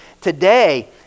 Today